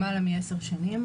למעלה מעשר שנים.